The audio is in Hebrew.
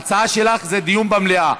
ההצעה שלך זה דיון במליאה,